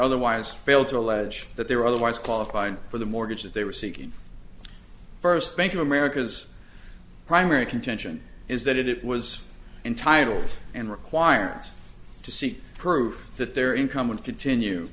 otherwise failed to allege that they were otherwise qualified for the mortgage that they were seeking first bank of america's primary contention is that it was entirely and requirements to see proof that their income would continue